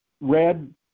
red